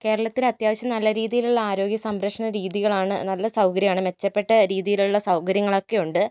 കേരളത്തിൽ അത്യാവശ്യം നല്ല രീതിയിലുള്ള ആരോഗ്യ സംരക്ഷണ രീതികളാണ് നല്ല സൗകര്യമാണ് മെച്ചപ്പെട്ട രീതിയിലുള്ള സൗകര്യങ്ങളൊക്കെ ഉണ്ട്